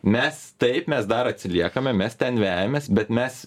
mes taip mes dar atsiliekame mes ten vejamės bet mes